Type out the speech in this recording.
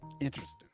Interesting